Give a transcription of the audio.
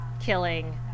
killing